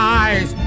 eyes